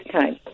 time